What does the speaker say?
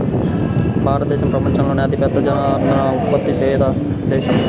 భారతదేశం ప్రపంచంలోనే అతిపెద్ద జనపనార ఉత్పత్తి చేసే దేశం